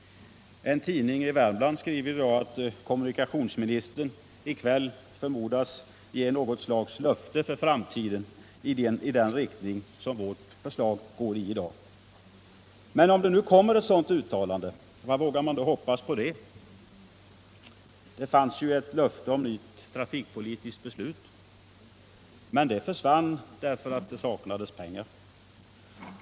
En tidning i Värmland skriver i dag att kommunikationsministern i kväll förmodas ge något slags löfte för framtiden i riktning med vårt förslag. Men om det nu kommer ett sådant uttalande, vad vågar man då hoppas av det? Det fanns ju ett löfte också om ett nytt trafikpolitiskt beslut, men det försvann därför att det saknades pengar.